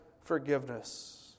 forgiveness